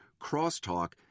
crosstalk